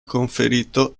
conferito